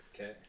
Okay